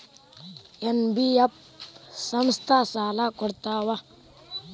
NBF ಸಂಸ್ಥಾ ಸಾಲಾ ಕೊಡ್ತಾವಾ?